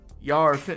Y'all